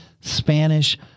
Spanish